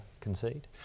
concede